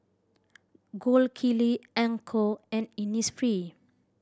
Gold Kili Anchor and Innisfree